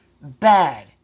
Bad